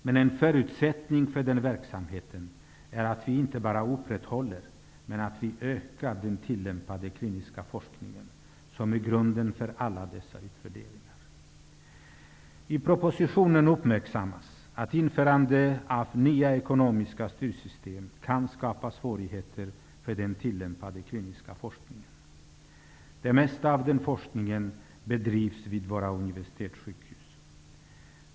Men en förutsättning för den verksamheten är att vi inte bara upprätthåller utan också ökar den tillämpade kliniska forskningen, som är grunden för alla dessa utvärderingar. I propositionen uppmärksammas att införande av nya ekonomiska styrsystem kan skapa svårigheter för den tillämpade kliniska forskningen. Det mesta av den forskningen bedrivs vid våra universitetssjukhus.